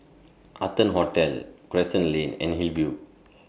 Arton Hotel Crescent Lane and Hillview